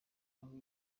y’aho